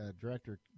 Director